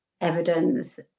evidence